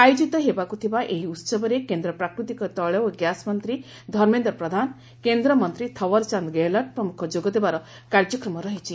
ଆୟୋଜିତ ହେବାକୁ ଥିବା ଏହି ଉସବରେ କେନ୍ଦ୍ ପ୍ରାକୁତିକ ତେିଳ ଓ ଗ୍ୟାସ ମନ୍ତୀ ଧର୍ମେନ୍ଦ ପ୍ରଧାନ କେନ୍ଦ୍ରମନ୍ତୀ ଥୱର ଚାନ୍ଦ ଗେହଲଟ୍ ପ୍ରମୁଖ ଯୋଗଦେବାର କାର୍ଯ୍ୟକ୍ରମ ରହିଛି